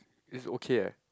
is okay eh